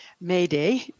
Mayday